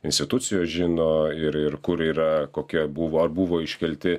institucijos žino ir ir kur yra kokia buvo ar buvo iškelti